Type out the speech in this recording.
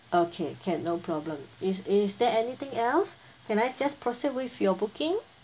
okay can no problem is is there anything else can I just proceed with your booking